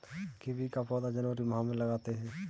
kiwi का पौधा जनवरी माह में लगाते हैं